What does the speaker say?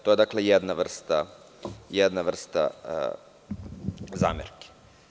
To je dakle jedna vrsta zamerki.